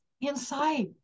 inside